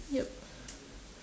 yup